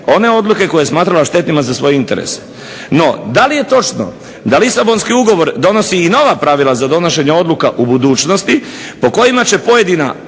one odluke koje je smatrala štetnim za svoj interes. No, da li je točno da Lisabonski ugovor donosi i nova pravila za donošenje odluka u budućnosti po kojima će pojedina,